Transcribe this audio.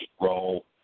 role